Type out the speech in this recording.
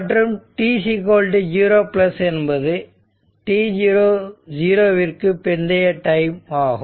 மற்றும் t0 என்பது t0 விற்கு பிந்தைய டைம் ஆகும்